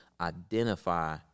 identify